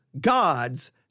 gods